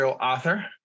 author